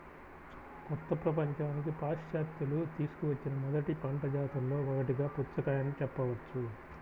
కొత్త ప్రపంచానికి పాశ్చాత్యులు తీసుకువచ్చిన మొదటి పంట జాతులలో ఒకటిగా పుచ్చకాయను చెప్పవచ్చు